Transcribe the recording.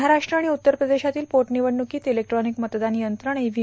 महाराष्ट्र आणि उत्तर प्रदेशातील पोट निवडणुकीत इलेक्ट्रॉनिक मतदान यंत्र आणि व्ही